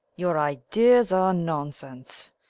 your ideas are nonsense.